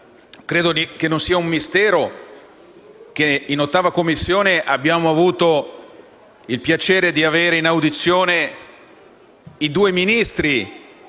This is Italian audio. Non credo sia un mistero che in 8a Commissione abbiamo avuto il piacere di avere in audizione i due Ministri